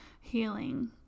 healing